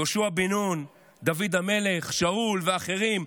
יהושע בן נון, דוד המלך, שאול ואחרים,